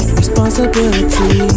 responsibility